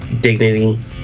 dignity